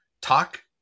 talk